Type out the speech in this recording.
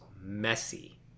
messy